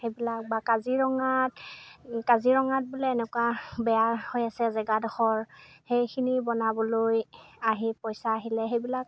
সেইবিলাক বা কাজিৰঙাত কাজিৰঙাত বোলে এনেকুৱা বেয়া হৈ আছে জেগাডোখৰ সেইখিনি বনাবলৈ আহি পইচা আহিলে সেইবিলাক